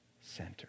center